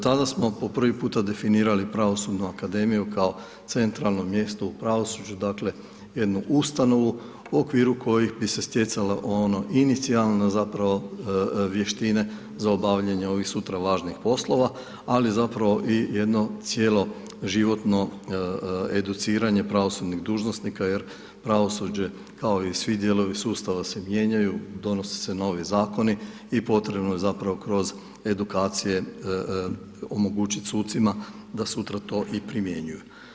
Tada smo po prvi puta definirali pravosudnu akademiju, ako centralno mjesto u pravosuđu, dakle, jednu ustanovu, u okviru kojih bi se stjecala onih inicijalna zapravo vještine, za obavljanje, ovih sutra važnih poslova, ali zapravo jedno cijelo životno educiranje pravosudnih dužnosnika, jer pravosuđe kao i svi dijelovi sustava se mijenjaju, donose se novi zakoni i potrebno je zapravo kroz edukacije, omogućiti sucima da sutra to i primjenjuju.